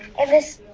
and this